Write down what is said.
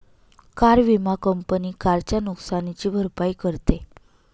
car विमा company कारच्या नुकसानीची भरपाई करते